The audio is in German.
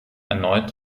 erneut